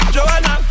Joanna